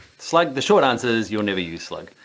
slug, the short answer is you'll never use slug.